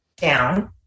down